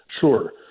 Sure